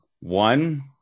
One